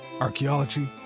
archaeology